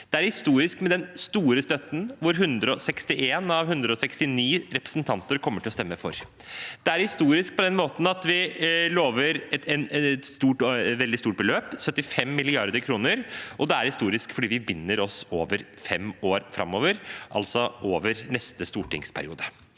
Det er historisk med den store støtten, som 161 av 169 representanter kommer til å stemme for. Det er historisk på den måten at vi lover et veldig stort beløp – 75 mrd. kr – og det er historisk fordi vi binder oss over fem år framover, altså over neste stortingsperiode.